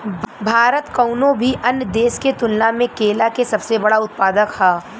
भारत कउनों भी अन्य देश के तुलना में केला के सबसे बड़ उत्पादक ह